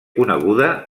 coneguda